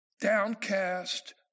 downcast